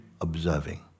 observing